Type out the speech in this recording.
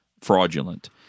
fraudulent